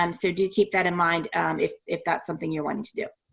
um so do keep that in mind if if that's something you're wanting to do.